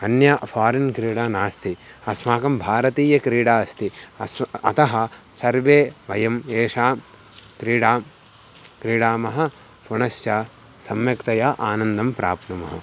अन्य फ़ारिन् क्रीडा नास्ति अस्माकं भारतीयक्रीडा अस्ति अस् अतः सर्वे वयं येषां क्रीडां क्रीडामः पुनश्च सम्यक्तया आनन्दं प्राप्नुमः